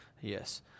yes